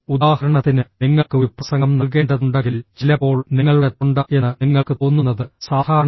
ഉദാഹരണത്തിന് നിങ്ങൾക്ക് ഒരു പ്രസംഗം നൽകേണ്ടതുണ്ടെങ്കിൽ ചിലപ്പോൾ നിങ്ങളുടെ തൊണ്ട എന്ന് നിങ്ങൾക്ക് തോന്നുന്നത് സാധാരണമാണ്